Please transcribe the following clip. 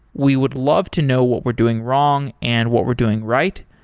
we would love to know what we're doing wrong and what we're doing right.